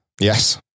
Yes